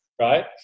right